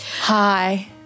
Hi